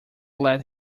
let